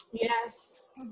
yes